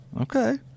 Okay